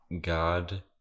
God